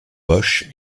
bosch